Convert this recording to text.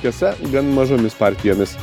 tiesa gan mažomis partijomis